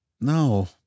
No